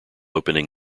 opening